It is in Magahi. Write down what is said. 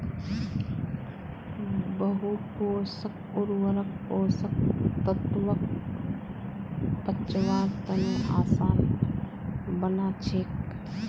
बहु पोषक उर्वरक पोषक तत्वक पचव्वार तने आसान बना छेक